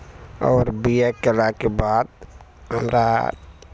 आओर B A केलाके बाद हमरा